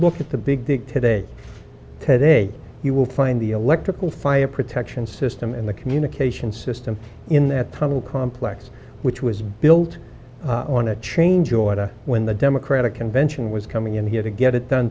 look at the big dig today today you will find the electrical fire protection system and the communication system in that tunnel complex which was built on a chain joint to when the democratic convention was coming in here to get it done